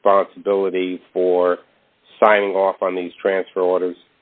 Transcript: responsibility for signing off on these transfer orders